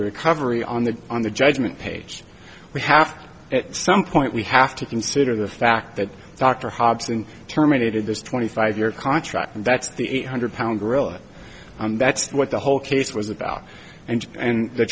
recovery on the on the judgment page we have at some point we have to consider the fact that dr hobson terminated this twenty five year contract and that's the eight hundred pound gorilla that's what the whole case was about and and the